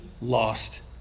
lost